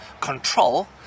control